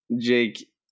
Jake